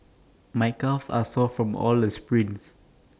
my calves are sore from all the sprints